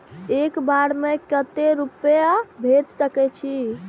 एक बार में केते रूपया भेज सके छी?